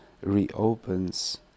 reopens